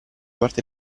parte